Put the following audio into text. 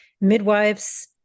midwives